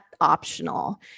optional